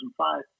2005